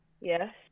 Yes